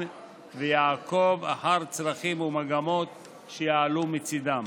ויעקוב אחר צרכים ומגמות שיעלו מצידם.